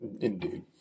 Indeed